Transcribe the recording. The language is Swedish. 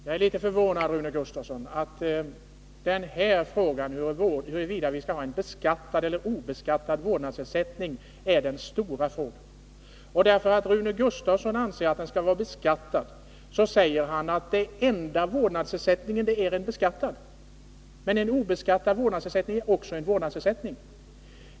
Herr talman! Jag är litet förvånad, Rune Gustavsson, att frågan om huruvida vi skall ha en beskattad eller obeskattad vårdnadsersättning är den stora frågan. Eftersom Rune Gustavsson anser att ersättningen skall vara beskattad, säger han att den enda vårdnadsersättningen är en beskattad vårdnadsersättning. Men en obeskattad vårdnadsersättning är ju också en vårdnadsersättning.